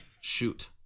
Shoot